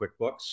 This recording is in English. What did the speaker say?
QuickBooks